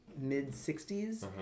mid-60s